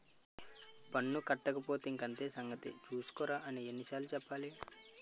పన్ను కట్టకపోతే ఇంక అంతే సంగతి చూస్కోరా అని ఎన్ని సార్లు చెప్పాలి